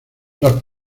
los